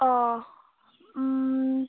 अ